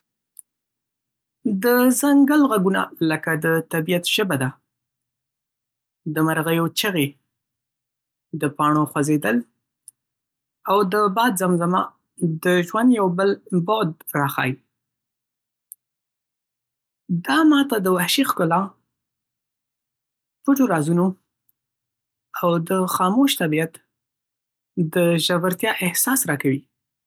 د ځنګل غږونه لکه د طبیعت ژبه ده. د مرغیو چیغې، د پاڼو خوځېدل، او د باد زمزمه د ژوند یو بل بُعد راښيي. دا ما ته د وحشي ښکلا، پټو رازونو، او د خاموش طبیعت د ژورتیا احساس راکوي.